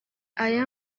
aya